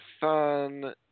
fun